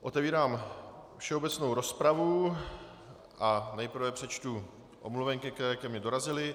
Otevírám všeobecnou rozpravu a nejprve přečtu omluvenky, které ke mně dorazily.